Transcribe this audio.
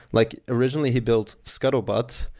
like originally, he built scuttlebutt.